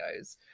videos